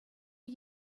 are